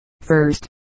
first